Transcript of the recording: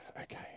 okay